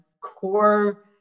core